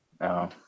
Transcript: No